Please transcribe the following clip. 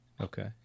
Okay